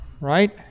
Right